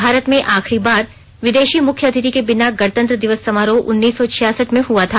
भारत में आखिरी बार विदेशी मुख्य अतिथि के बिना गणतंत्र दिवस समारोह उन्नीस सौ छियासठ ई में हुआ था